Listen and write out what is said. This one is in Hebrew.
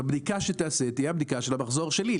הבדיקה שתיעשה תהיה הבדיקה של המחזור שלי,